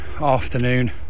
afternoon